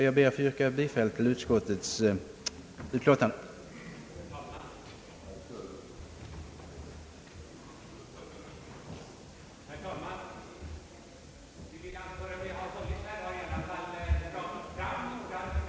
Jag ber att få yrka bifall till utskottets hemställan.